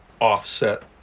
offset